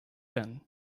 then